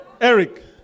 Eric